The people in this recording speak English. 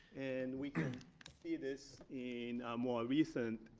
and we can see this in a more recent